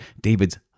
David's